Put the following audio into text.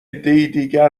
دیگر